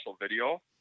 video